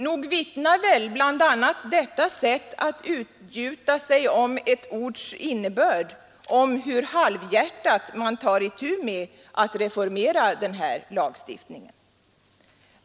Nog vittnar väl bl.a. detta sätt att utgjuta sig om ett ords innebörd om hur halvhjärtat man tar itu med att reformera denna lagstiftning.